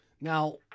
Now